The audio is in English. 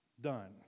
done